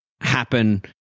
happen